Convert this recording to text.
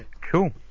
Cool